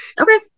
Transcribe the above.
Okay